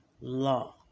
law